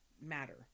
matter